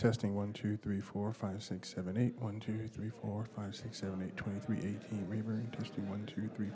testing one two three four five six seven eight one two three four five six seven eight twenty three may very interesting one two three